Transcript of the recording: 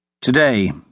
Today